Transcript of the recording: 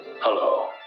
Hello